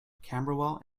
camberwell